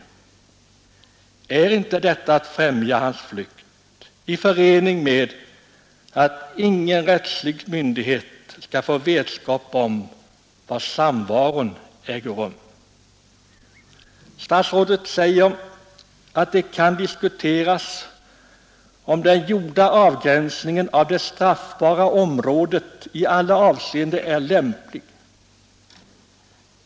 Är inte detta att främja hans flykt, i förening med att ingen rättslig myndighet skall få vetskap om var samvaron äger rum? Statsrådet säger att det kan diskuteras om den gjorda avgränsningen av det straffbara området i alla avseenden är lämplig.